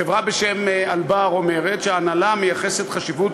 חברה בשם "אלבר" אומרת שההנהלה מייחסת חשיבות